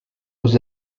aux